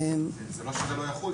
זה לא שזה לא יחול.